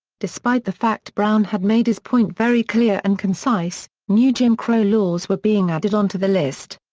despite the fact brown had made his point very clear and concise, new jim crow laws were being added on to the list.